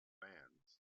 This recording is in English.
fans